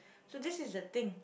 so this is the thing